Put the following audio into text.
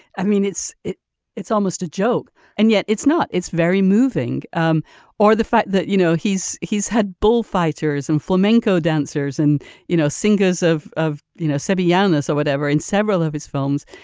i mean it's it it's almost a joke and yet it's not it's very moving um or the fact that you know he's he's had bullfighters and flamenco dancers and you know singers of of you know say b a. yeah and so or whatever in several of his films.